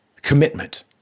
Commitment